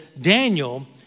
Daniel